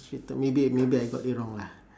frustrated maybe maybe I got it wrong lah